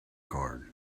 card